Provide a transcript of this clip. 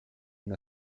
una